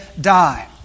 die